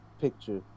picture